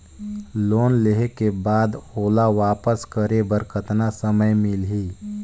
Loan लेहे के बाद ओला वापस करे बर कतना समय मिलही?